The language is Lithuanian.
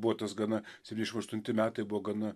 buvo tas gana septyniasdešim aštunti metai buvo gana